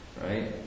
Right